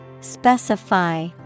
Specify